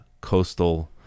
coastal